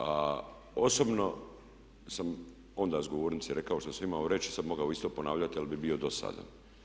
A osobno sam onda iz govornice rekao, što sam imao reći, sad bih mogao isto ponavljati ali bi bio dosadan.